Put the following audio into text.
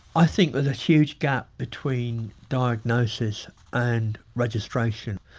i think there's a huge gap between diagnosis and registration.